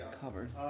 covered